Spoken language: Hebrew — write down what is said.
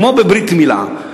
כמו בברית מילה,